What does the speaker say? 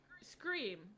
scream